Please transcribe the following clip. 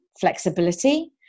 flexibility